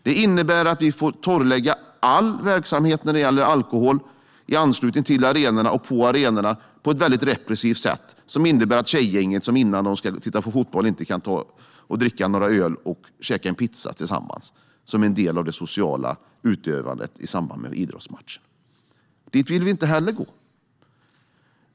Det innebär att vi får torrlägga all verksamhet när det gäller alkohol i anslutning till arenorna och på arenorna på ett väldigt repressivt sätt. Det innebär att tjejgänget som innan det ska titta på fotboll inte kan ta och dricka några öl och käka en pizza tillsammans. Det är en del av det sociala utövandet i samband med idrottsmatchen. Dit vill vi inte heller gå.